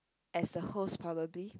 as a host probably